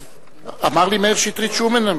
אמר לי מאיר שטרית שהוא מנמק.